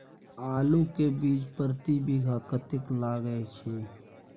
आलू के बीज प्रति बीघा कतेक लागय छै?